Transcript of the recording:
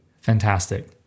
Fantastic